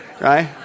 right